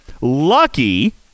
lucky –